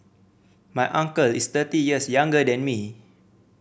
my uncle is thirty years younger than me